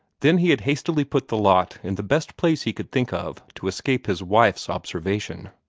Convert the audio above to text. then he had hastily put the lot in the best place he could think of to escape his wife's observation.